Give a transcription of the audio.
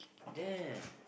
there